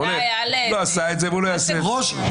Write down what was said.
הוא לא עשה את זה ולא יעשה את זה.